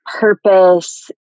purpose